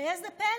שראו זה פלא,